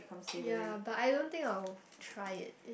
ya but I don't think I'll try it